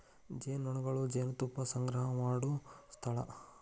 ಜೇನುನೊಣಗಳು ಜೇನುತುಪ್ಪಾ ಸಂಗ್ರಹಾ ಮಾಡು ಸ್ಥಳಾ